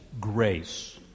Grace